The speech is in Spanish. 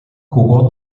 jugó